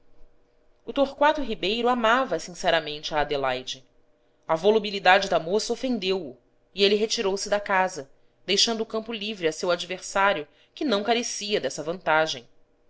o torquato ribeiro amava sinceramente a adelaide a volubilidade da moça ofendeu o e ele retirou-se da casa deixando o campo livre a seu adversário que não carecia dessa vantagem